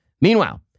Meanwhile